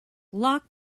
lock